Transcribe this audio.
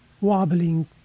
wobbling